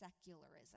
secularism